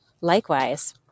Likewise